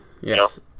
Yes